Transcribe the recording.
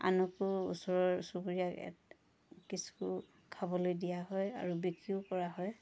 আনকো ওচৰৰ চুবুৰীয়াক এটা কিছু খাবলৈ দিয়া হয় আৰু বিক্ৰীও কৰা হয়